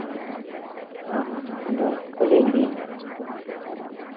ᱚ ᱦᱚᱸ ᱟᱫᱚ ᱠᱩᱞᱤᱧ ᱵᱤᱱ